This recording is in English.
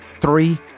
Three